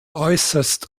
äußerst